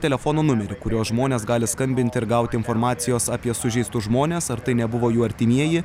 telefono numerį kuriuo žmonės gali skambinti ir gauti informacijos apie sužeistus žmones ar tai nebuvo jų artimieji